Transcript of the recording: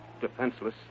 Defenseless